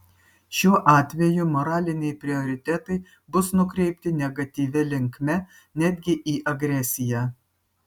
šiuo atveju moraliniai prioritetai bus nukreipti negatyvia linkme netgi į agresiją